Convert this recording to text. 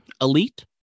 elite